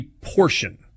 portion